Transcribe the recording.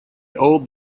old